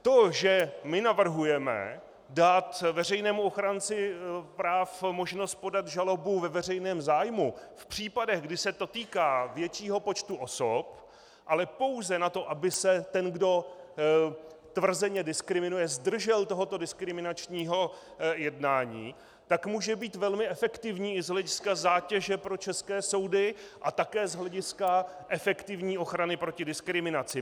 To, že my navrhujeme dát veřejnému ochránci práv možnost podat žalobu ve veřejném zájmu v případech, kdy se to týká většího počtu osob, ale pouze na to, aby se ten, kdo tvrzeně diskriminuje, zdržel tohoto diskriminačního jednání, tak může být velmi efektivní i z hlediska zátěže pro české soudy a také z hlediska efektivní ochrany proti diskriminaci.